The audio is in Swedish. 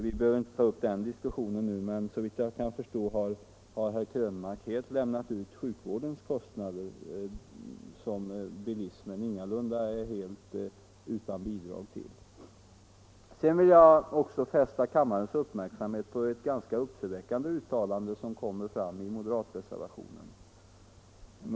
Vi behöver inte ta upp den diskussionen nu, men såvitt jag kan förstå har herr Krönmark helt utelämnat sjukvårdens kostnader, som bilismen ingalunda är helt utan orsak till. Jag vill även fästa kammarens uppmärksamhet på ett ganska uppseendeväckande uttalande i moderatreservationen.